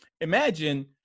Imagine